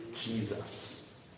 Jesus